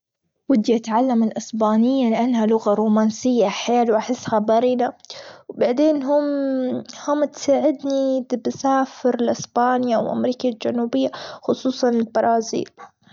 ودي أتعلم الإسبانية لأنها لغة رومانسية أحيال أحسها مرنة، وبعدين هم- هم تساعدني بدي أسافر لأسبانية وأمريكا الجنوبية خصوصًا البرازيل.